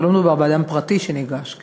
הרי לא מדובר באדם פרטי שניגש.